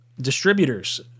Distributors